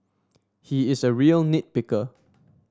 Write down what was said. he is a real nit picker